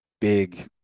big